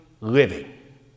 living